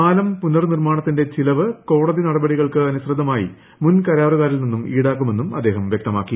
പാലം പ്പുന്റർനിർമ്മാണത്തിന്റെ ചെലവ് കോടതി നടപടികൾക്ക് അനുസ്പ്തമായി മുൻ കരാറുകാരിൽ നിന്നും ഈടാക്കുമെന്നും അദ്ദേഹം വൃക്തമാക്കി